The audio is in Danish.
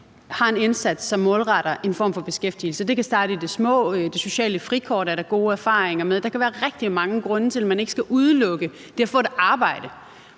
har en indsats, som er målrettet en form for beskæftigelse. Det kan starte i det små – der er gode erfaringer med det sociale frikort – og der kan være rigtig mange grunde til, at man ikke skal udelukke det at få et arbejde,